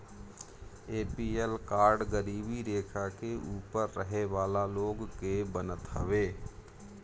APL card गरीबी रेखा के ऊपर रहे वाला लोग के बनत हवे